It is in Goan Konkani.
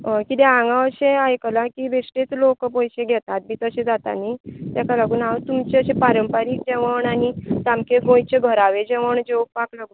हय कित्याक हांगा अशें आयकला की बेश्टेंच लोक पयशें घेतात बी तशें जाता न्ही ताका लागून हांव तुमचें अशें पारंपारीक जेवण आनी सामकें गोंयचें घरावें जेवण जेवपाक लागून